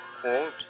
quote